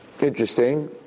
interesting